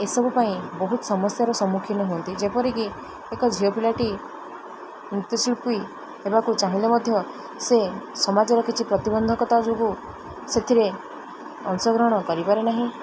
ଏସବୁ ପାଇଁ ବହୁତ ସମସ୍ୟାର ସମ୍ମୁଖୀନ ହୁଅନ୍ତି ଯେପରିକି ଏକ ଝିଅପିଲାଟି ନୃତ୍ୟଶିଳ୍ପୀ ହେବାକୁ ଚାହିଁଲେ ମଧ୍ୟ ସେ ସମାଜର କିଛି ପ୍ରତିିବନ୍ଧକତା ଯୋଗୁଁ ସେଥିରେ ଅଂଶଗ୍ରହଣ କରିପାରେ ନାହିଁ